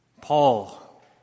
Paul